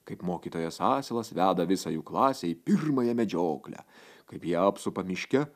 kaip mokytojas asilas veda visą jų klasę į pirmąją medžioklę kaip jie apsupa miške